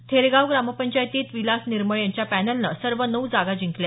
थेरगाव ग्रामपंचायतीत विलास निर्मळ यांच्या पॅनलनं सर्व नऊ जागा जिंकल्या